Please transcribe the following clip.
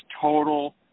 total